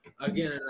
again